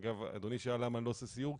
אגב, אדוני שאל למה אני לא עושה סיור?